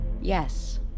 Yes